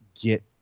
get